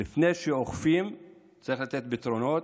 לפני שאוכפים צריך לתת פתרונות.